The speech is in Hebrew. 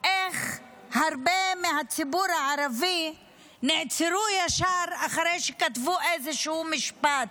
איך הרבה מהציבור הערבי נעצרו ישר אחרי שכתבו איזשהו משפט.